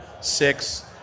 six